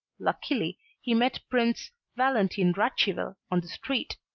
luckily he met prince valentine radziwill on the street,